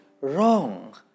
wrong